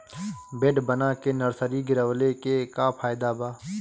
Bed बना के nursery गिरवले के का फायदा बा?